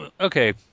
okay